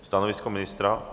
Stanovisko ministra?